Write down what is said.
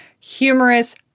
humorous